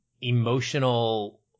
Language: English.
emotional